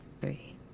three